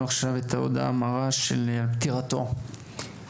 עכשיו את ההודעה המרה של פטירתו של